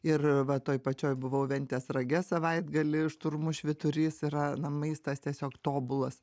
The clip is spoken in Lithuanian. ir va toj pačioj buvau ventės rage savaitgalį šturmų švyturys yra maistas tiesiog tobulas